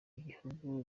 igihugu